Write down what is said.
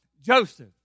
Joseph